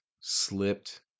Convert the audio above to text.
slipped